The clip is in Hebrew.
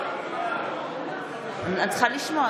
נגד